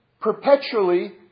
perpetually